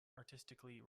artistically